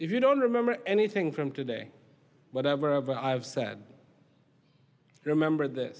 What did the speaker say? if you don't remember anything from today whatever ever have said remember th